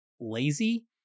lazy